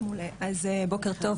אז בוקר טוב,